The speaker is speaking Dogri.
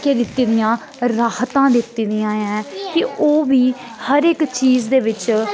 केह् दित्ती दियां राहतां दित्ती दियां ऐ ते ओह् बी हर इक चीज दे बिच्च